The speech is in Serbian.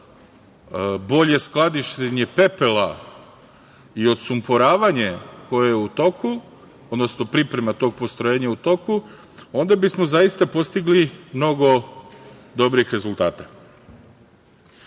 bolje skladištenje pepela i odsumporavanje koje je u toku, odnosno priprema tog postrojenja u toku, onda bismo zaista postigli mnogo dobrih rezultata. Prema